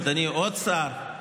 עוד שר,